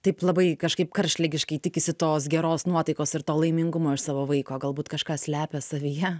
taip labai kažkaip karštligiškai tikisi tos geros nuotaikos ir to laimingumo iš savo vaiko galbūt kažką slepia savyje